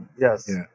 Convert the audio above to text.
yes